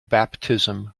baptism